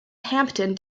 hampton